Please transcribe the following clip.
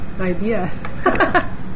idea